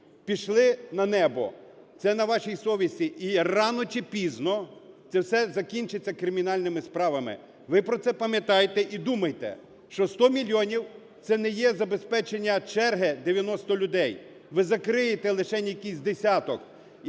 пішли на небо. Це на вашій совісті. І рано чи пізно це все закінчиться кримінальними справами. Ви про це пам'ятайте і думайте, що 100 мільйонів – це не є забезпечення черги 90 людей, ви закриєте лишень якийсь десяток.